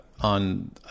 on